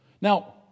Now